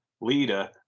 leader